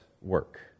work